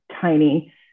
tiny